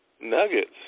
Nuggets